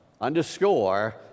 underscore